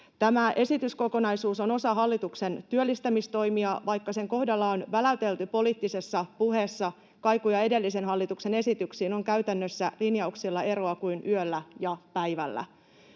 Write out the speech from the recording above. Tämä esityskokonaisuus on osa hallituksen työllistämistoimia. Vaikka sen kohdalla on väläytelty poliittisessa puheessa kaikuja edellisen hallituksen esityksiin, on käytännössä linjauksilla eroa kuin yöllä ja päivällä.